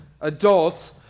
adults